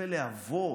חוצבי להבות,